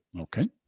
Okay